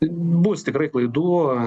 bus tikrai klaidų